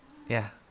ya